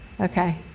okay